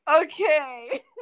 Okay